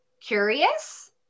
curious